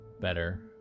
better